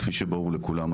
כפי שברור לכולם,